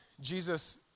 Jesus